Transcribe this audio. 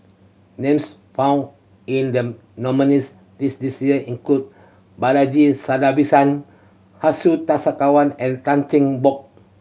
names found in the nominees' list this year include Balaji Sadasivan Hsu Tse Kwang and Tan Cheng Bock